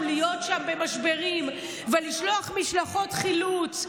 להיות שם במשברים ולשלוח משלחות חילוץ,